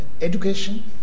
education